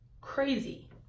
Crazy